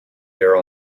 there